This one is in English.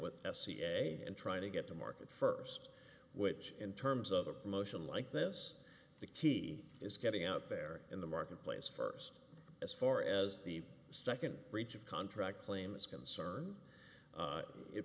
with s c a and trying to get to market first which in terms of a promotion like this the key is getting out there in the marketplace first as far as the second breach of contract claim is concerned